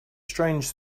strange